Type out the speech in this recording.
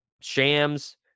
Shams